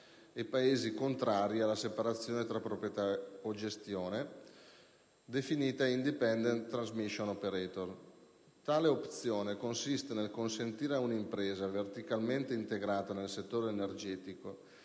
Paesi contrari alla separazione tra proprietà e gestione, definita ITO (*Indipendent Transmission Operator)*. Tale opzione consiste nel consentire a una impresa, verticalmente integrata nel settore energetico,